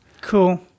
Cool